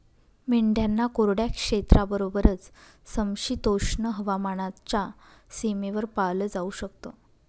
मेंढ्यांना कोरड्या क्षेत्राबरोबरच, समशीतोष्ण हवामानाच्या सीमेवर पाळलं जाऊ शकत